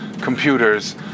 computers